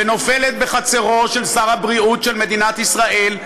ונופלת בחצרו של שר הבריאות של מדינת ישראל,